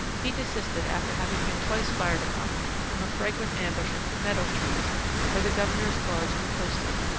he desisted after having been twice fired upon from a fragrant ambush of pimento trees where the governor's guards were posted,